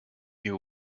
you